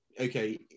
okay